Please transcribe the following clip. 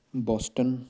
Boston